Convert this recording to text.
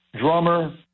drummer